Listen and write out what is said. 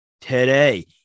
Today